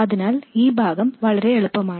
അതിനാൽ ഈ ഭാഗം വളരെ എളുപ്പമാണ്